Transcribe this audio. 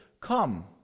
Come